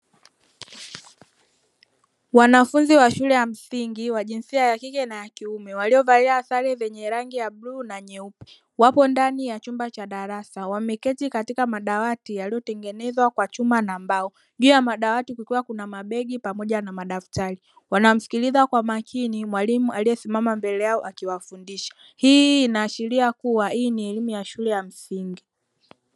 Wanafunzi wa shule ya msingi wa jinsia ya kike na ya kiume; waliovalia sare zenye rangi ya bluu na nyeupe, wapo ndani ya chumba cha darasa wameketi katika madawati yaliyotengenezwa kwa chuma na mbao. Juu ya madawati kukiwa na mabegi pamoja na madaftari. Wanamsikiliza kwa makini mwalimu aliyesimama mbele yao akiwafundisha. Hii inaashiria kuwa hii ni elimu ya shule ya msingi.